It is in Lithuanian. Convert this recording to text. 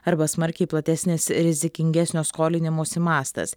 arba smarkiai platesnis rizikingesnio skolinimųsi mastas